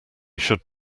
should